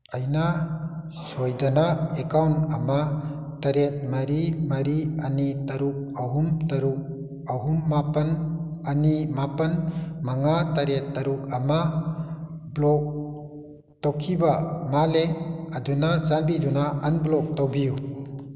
ꯑꯩꯅ ꯁꯣꯏꯗꯅ ꯑꯦꯀꯥꯎꯟ ꯑꯃ ꯇꯔꯦꯠ ꯃꯔꯤ ꯃꯔꯤ ꯑꯅꯤ ꯇꯔꯨꯛ ꯑꯍꯨꯝ ꯇꯔꯨꯛ ꯑꯍꯨꯝ ꯃꯥꯄꯜ ꯑꯅꯤ ꯃꯥꯄꯜ ꯃꯉꯥ ꯇꯔꯦꯠ ꯇꯔꯨꯛ ꯑꯃ ꯕ꯭ꯂꯣꯛ ꯇꯧꯈꯤꯕ ꯃꯥꯜꯂꯦ ꯑꯗꯨꯅ ꯆꯥꯟꯕꯤꯗꯨꯅ ꯑꯟꯕ꯭ꯂꯣꯛ ꯇꯧꯕꯤꯌꯨ